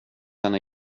henne